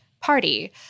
Party